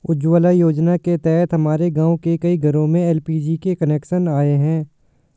उज्ज्वला योजना के तहत हमारे गाँव के कई घरों में एल.पी.जी के कनेक्शन आए हैं